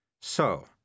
So